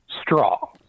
Straw